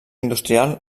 industrial